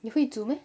你会煮 meh